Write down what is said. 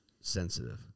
sensitive